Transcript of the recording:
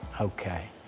Okay